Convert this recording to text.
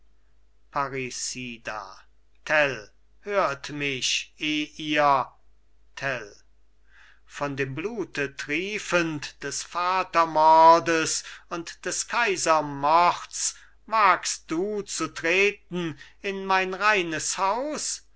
hört mich eh ihr tell von dem blute triefend des vatermordes und des kaisermords wagst du zu treten in mein reines haus